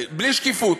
בלי שקיפות,